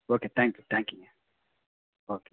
okay thank you தேங்கயூங்க okay